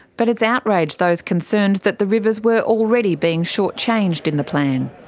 but it's outraged those concerned that the rivers were already being short-changed in the plan.